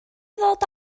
ddod